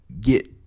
get